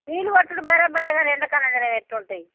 నీళ్ళు కొట్టుడు బరాబర్ కానీ ఎండాకాలం కానీ ఎతల ఉంటాయి